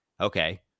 Okay